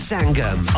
Sangam